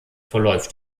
verläuft